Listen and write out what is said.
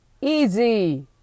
Easy